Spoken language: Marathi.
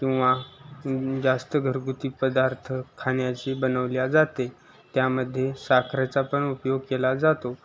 किंवा जास्त घरगुती पदार्थ खाण्याचे बनवले जाते त्यामध्ये साखरेचा पण उपयोग केला जातो